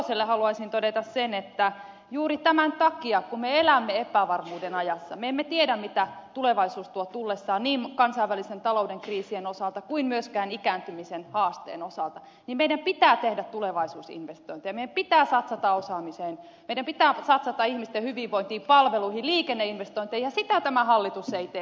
satoselle haluaisin todeta sen että juuri tämän takia kun me elämme epävarmuuden ajassa me emme tiedä mitä tulevaisuus tuo tullessaan niin kansainvälisen talouden kriisien osalta kuin myöskään ikääntymisen haasteen osalta niin meidän pitää tehdä tulevaisuusinvestointeja meidän pitää satsata osaamiseen meidän pitää satsata ihmisten hyvinvointiin palveluihin liikenneinvestointeihin ja sitä tämä hallitus ei tee